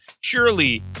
Surely